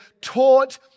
taught